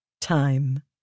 Time